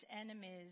enemies